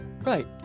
right